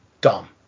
dumb